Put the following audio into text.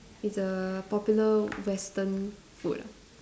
it's a popular Western food